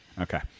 Okay